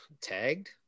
tagged